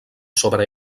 sobre